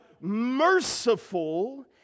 merciful